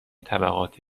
طبقات